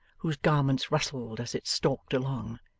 whose garments rustled as it stalked along.